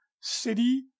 City